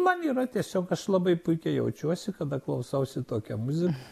man yra tiesiog aš labai puikiai jaučiuosi kada klausausi tokią muziką